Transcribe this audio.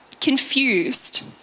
confused